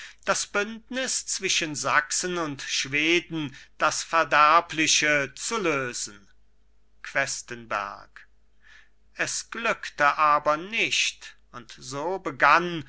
das bündnis zwischen sachsen und schweden das verderbliche zu lösen questenberg es glückte aber nicht und so begann